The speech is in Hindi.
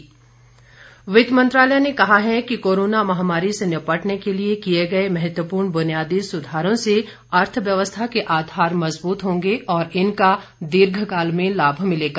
वित्त मंत्रालय रिपोर्ट वित्त मंत्रालय ने कहा है कि कोरोना महामारी से निपटने के लिए किये गये महत्वपूर्ण बुनियादी सुधारों से अर्थव्यवस्था के आधार मजबूत होंगे और इनका दीर्घकाल में लाभ मिलेगा